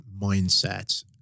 mindset